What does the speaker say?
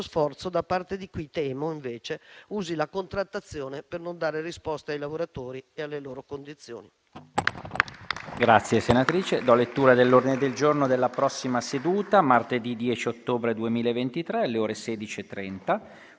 sforzo da parte di chi temo, invece, usi la contrattazione per non dare risposte ai lavoratori e alle loro condizioni.